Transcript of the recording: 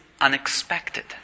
unexpected